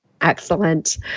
Excellent